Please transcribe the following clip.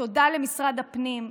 תודה למשרד הפנים,